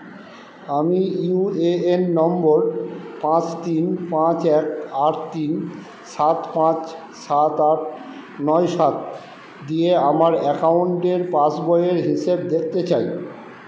আমি U A N নম্বর পাঁচ তিন পাঁচ এক আট তিন সাত পাঁচ সাত আট নয় সাত দিয়ে আমার অ্যাকাউন্টের পাসবইয়ের হিসেব দেখতে চাই